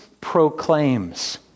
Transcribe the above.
proclaims